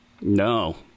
No